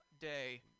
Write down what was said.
day